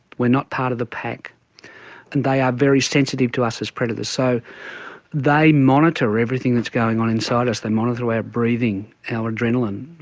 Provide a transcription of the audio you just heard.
we are not part of the pack, and they are very sensitive to us as predators. so they monitor everything that is going on inside us, they monitor our breathing, our adrenaline,